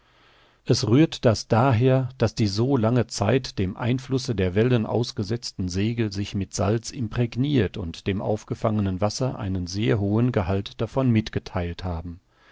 es rührt das daher daß die so lange zeit dem einflusse der wellen ausgesetzten segel sich mit salz imprägnirt und dem aufgefangenen wasser einen sehr hohen gehalt davon mitgetheilt haben